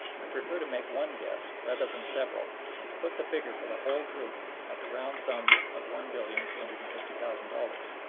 i prefer to make one guess rather than several and to put the figure for the whole group at the round sum of one billion two hundred and fifty million dollars.